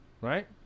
right